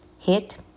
hit